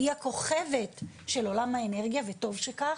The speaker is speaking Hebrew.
היא הכוכבת של העולם האנרגיה וטוב שכך.